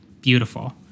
beautiful